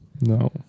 no